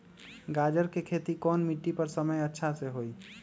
गाजर के खेती कौन मिट्टी पर समय अच्छा से होई?